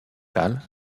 cal